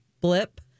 blip